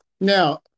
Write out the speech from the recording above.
Now